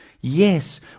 Yes